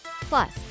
Plus